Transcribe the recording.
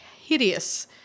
hideous